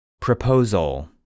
Proposal